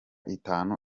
itanu